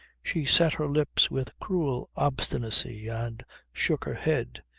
she set her lips with cruel obstinacy and shook her head.